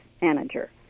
manager